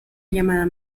llamada